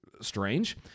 strange